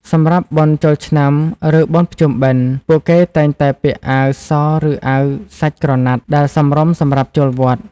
សម្រាប់បុណ្យចូលឆ្នាំឬបុណ្យភ្ជុំបិណ្ឌ ពួកគេតែងតែពាក់អាវសឬអាវសាច់ក្រណាត់ដែលសមរម្យសម្រាប់ចូលវត្ត។